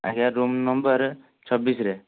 ଆଜ୍ଞା room number ଛବିଶରେ